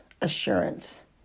assurance